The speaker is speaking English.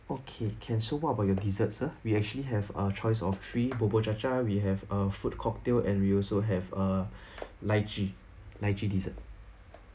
okay can so what about your dessert ah we actually have uh choice of three bubur chacha we have uh food cocktail and we also have uh lychee lychee dessert